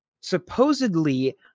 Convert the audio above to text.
supposedly